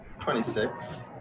26